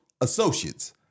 associates